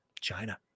China